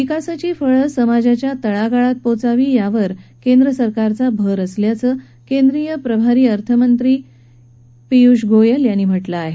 विकासाची फळं समाजाच्या तळागाळात पोचावी यावर केंद्रसरकारचा भर असल्याचं केंद्रीय प्रभारी अर्थमंत्री पीयूष गोयल यांनी म्हटलं आहे